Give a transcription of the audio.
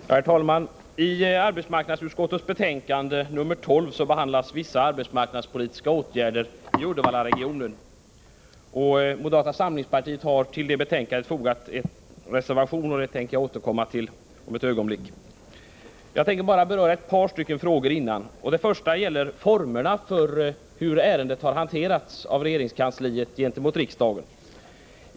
Herr talman! I arbetsmarknadsutskottets betänkande nr 12 behandlas vissa arbetsmarknadspolitiska åtgärder i Uddevallaregionen. Moderata samlingspartiet har till betänkandet fogat en reservation, och den tänker jag återkomma till om ett ögonblick. Jag vill bara dessförinnan beröra ett par frågor. Den första gäller formerna för hur ärendet har hanterats av regeringskansliet gentemot riksdagen.